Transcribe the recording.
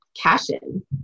Cashin